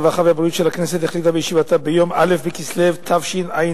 הרווחה והבריאות של הכנסת החליטה בישיבתה ביום א' בכסלו התשע"א,